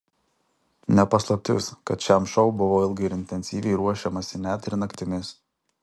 ne paslaptis kad šiam šou buvo ilgai ir intensyviai ruošiamasi net ir naktimis